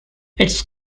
its